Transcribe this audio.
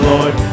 Lord